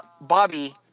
Bobby